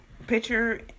picture